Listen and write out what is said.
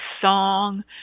song